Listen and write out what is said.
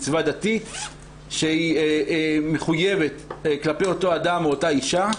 מצווה דתית שהיא מחויבת כלפי אותו אדם או אותה אישה.